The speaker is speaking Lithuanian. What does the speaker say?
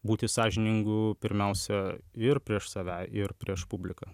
būti sąžiningu pirmiausia ir prieš save ir prieš publiką